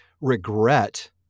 regret